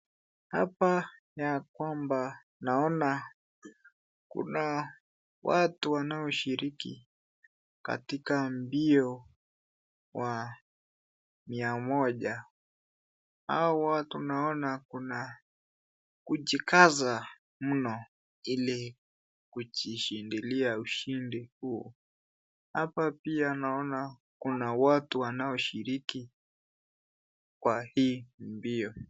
Hapa yakwamba naona kuna watu wanaoshiriki katika mbio wa mia moja. Hawa tunaona kuna kujikaza mno ili kujishindilia ushindi huu. Hapa pia naona kuna watu wanaoshiriki kwa hii mbio.